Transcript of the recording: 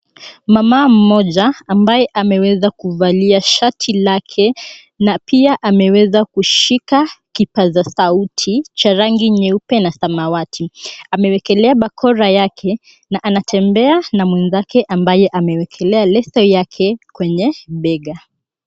Mama mmoja ambaye ameweza kuvalia shati lake na pia ameweza kushika kipaza sauti cha rangi nyeupe na samawati. Amewekelea bakora yake na anatembea na mwenzake ambaye amewekelea leso yake kwenye bega.